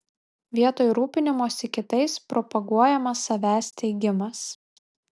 vietoj rūpinimosi kitais propaguojamas savęs teigimas